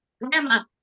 Grandma